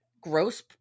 Gross